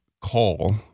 call